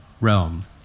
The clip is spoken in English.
realm